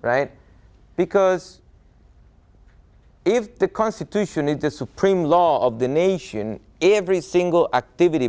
right because if the constitution needs a supreme law of the nation every single activity